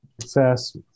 Success